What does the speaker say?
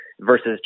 versus